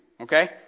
okay